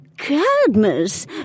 Cadmus